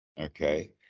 Okay